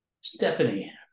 Stephanie